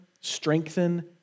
strengthen